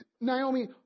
Naomi